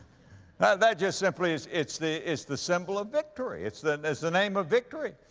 that, that just simply is, it's the, it's the symbol of victory. it's the, it's the name of victory.